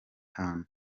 hantu